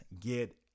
get